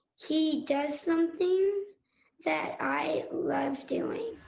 he does some thing that i love doing.